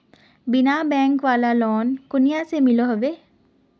बिना बैंक वाला लोन कुनियाँ से मिलोहो होबे?